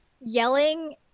yelling